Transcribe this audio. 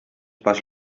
pas